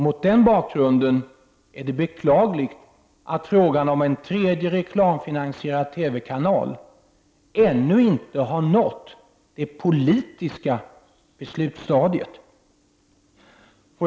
Mot den bakgrunden är det beklagligt att frågan om en tredje reklamfinansierad TV-kanal ännu inte har nått beslutsstadiet.